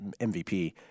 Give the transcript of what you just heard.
MVP